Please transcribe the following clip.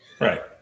Right